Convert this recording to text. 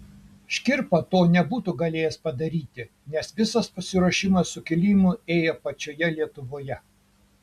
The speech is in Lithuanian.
škirpa to nebūtų galėjęs padaryti nes visas pasiruošimas sukilimui ėjo pačioje lietuvoje